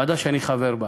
ועדה שאני חבר בה.